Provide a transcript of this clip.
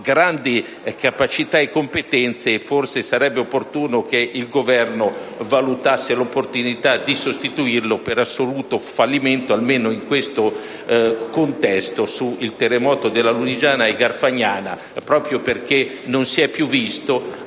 grandi capacità e competenze e forse sarebbe opportuno che il Governo valutasse l'opportunità di sostituirlo per assoluto fallimento, almeno nel contesto del terremoto della Lunigiana e della Garfagnana, proprio perché non si è più visto,